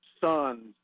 sons